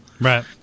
Right